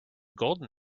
golden